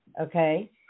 Okay